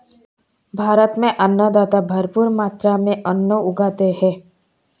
भारत में अन्नदाता भरपूर मात्रा में अन्न उगाते हैं